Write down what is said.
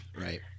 right